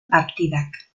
partidak